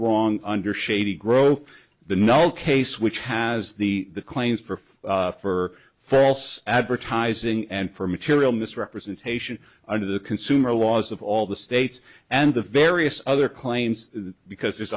wrong under shady grove the null case which has the claims for for false advertising and for material misrepresentation under the consumer laws of all the states and the various other claims because there's